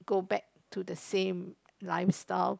go back to the same lifestyle